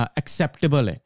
acceptable